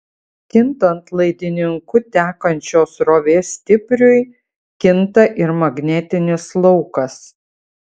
kintant laidininku tekančios srovės stipriui kinta ir magnetinis laukas